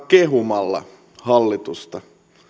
kehumalla hallitusta mikä